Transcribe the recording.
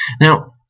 Now